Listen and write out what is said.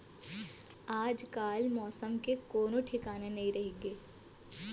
आजकाल मौसम के कोनों ठिकाना नइ रइगे